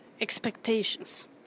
expectations